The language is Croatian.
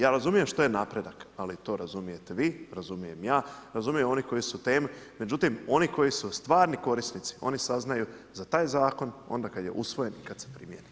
Ja razumijem što je napredak, ali to razumijete vi, razumijem ja, razumiju oni koji su u temu, međutim oni koji su stvarni korisnici, oni saznaju za taj zakon onda kad je usvojen i kad se primjeni.